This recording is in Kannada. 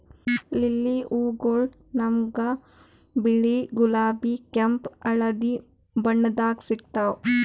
ಲಿಲ್ಲಿ ಹೂವಗೊಳ್ ನಮ್ಗ್ ಬಿಳಿ, ಗುಲಾಬಿ, ಕೆಂಪ್, ಹಳದಿ ಬಣ್ಣದಾಗ್ ಸಿಗ್ತಾವ್